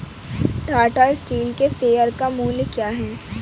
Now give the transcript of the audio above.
Tata steel के share का मूल्य क्या है?